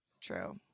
true